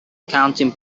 counting